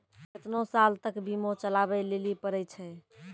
केतना साल तक बीमा चलाबै लेली पड़ै छै?